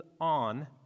on